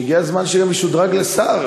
שהגיע הזמן שגם ישודרג לשר,